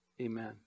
amen